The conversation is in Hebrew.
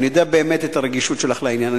ואני יודע באמת את הרגישות שלך לעניין.